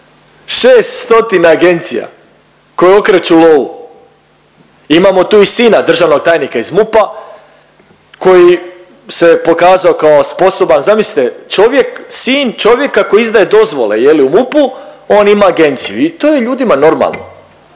agencija koje okreću lovu. Imamo tu i sina državnog tajnika iz MUP-a koji se pokazao kao sposoban. Zamislite, čovjek, sin čovjeka koji izdaje dozvole je li u MUP-u on ima agenciju i to je ljudima normalno.